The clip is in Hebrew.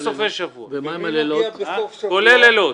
כולל סופי שבוע, כולל לילות.